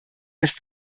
ist